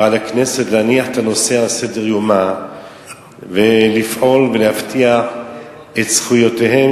ועל הכנסת להניח את הנושא על סדר-יומה ולבחון ולהבטיח את זכויותיהם